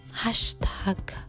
Hashtag